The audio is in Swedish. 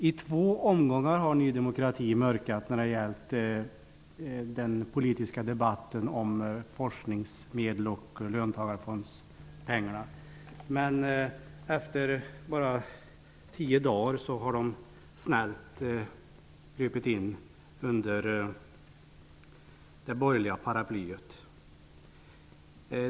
I två omgångar har Nydemokraterna mörkat i den politiska debatten om forskningsmedel och löntagarfondspengarna, men efter bara tio dagar har de snällt krupit in under det borgerliga paraplyt.